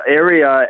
area